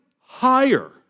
higher